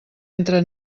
entre